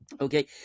Okay